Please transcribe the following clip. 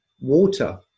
water